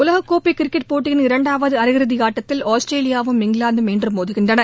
உலக்கோப்பை cricket போட்டியின் இரண்டாவது அரையிறுதி ஆட்டத்தில் ஆஸ்திரேலியாவும் இங்கிலாந்தும் இன்று மோதுகின்றன